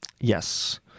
Yes